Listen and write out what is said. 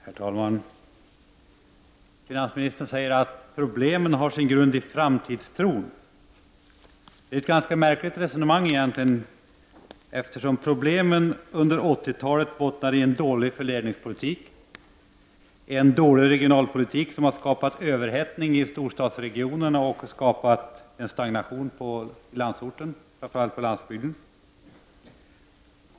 Herr talman! Finansministern säger att problemen har sin grund i framtidstron. Det är egentligen ett ganska märkligt resonemang, eftersom problemen under 80-talet bottnar i en dålig fördelningspolitik, och en dålig regionalpolitik som har skapat överhettning i storstadsregionerna och skapat stagnation i landsorten, framför allt på landsbygden.